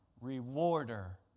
Rewarder